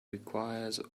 requires